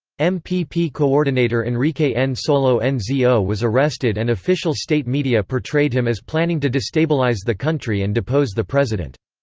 um coordinator enrique and nsolo and nzo was arrested and official state media portrayed him as planning to destabilize the country and depose the president.